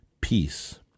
peace